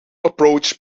approach